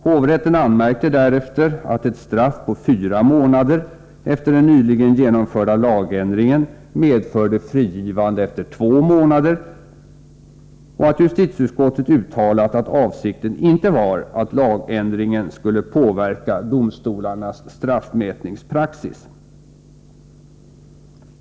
Hovrätten anmärkte därefter att ett straff på fyra månader efter den nyligen genomförda lagändringen medförde frigivande efter två månader och att justitieutskottet uttalat att avsikten inte var att lagändringen skulle påverka domstolarnas straffmätningspraxis.